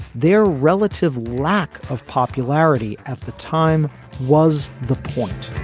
their relative lack of popularity at the time was the point